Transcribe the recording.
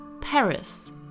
Paris